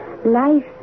Life